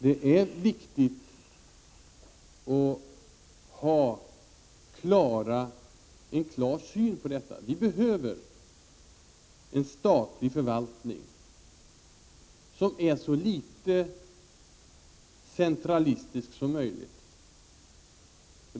Det är viktigt att ha en klar syn på detta. Vi behöver en statlig förvaltning som är så litet centralistisk som möjligt.